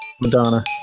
madonna